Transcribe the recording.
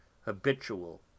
habitual